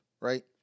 Right